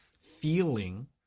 feeling